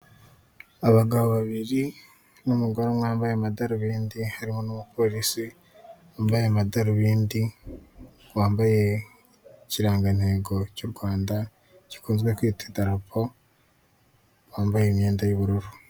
Abagabo babiri n'umugore umwe wambaye amadarubindi, harimo n'umuporisi wambaye amadarubindi, wambaye ikirangantego cy'u Rwanda gikunzwe kwitwa idarapo wambaye imyenda y'ubururu.